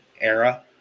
era